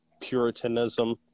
puritanism